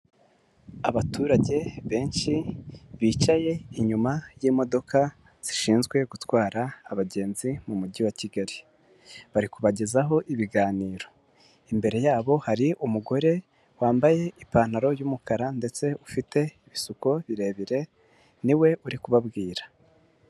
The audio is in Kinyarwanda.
Abaturage benshi bicaye inyuma y'imodoka zishinzwe gutwara abagenzi mu Mujyi wa Kigali, bari kubagezaho ibiganiro, imbere yabo hari umugore wambaye ipantaro y'umukara ndetse ufite ibisuko birebire niwe uri kubabwira.